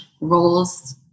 roles